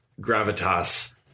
gravitas